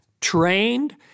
trained